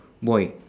boy